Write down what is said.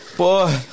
Boy